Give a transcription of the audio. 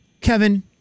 Kevin